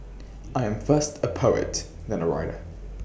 I am first A poet then A writer